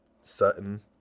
Sutton